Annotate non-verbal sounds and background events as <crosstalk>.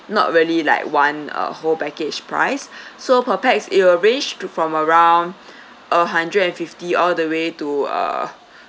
not really like one uh whole package price <breath> so per pax it will range to from around <breath> a hundred and fifty all the way to uh <breath>